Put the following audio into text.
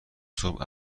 صبح